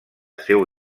seu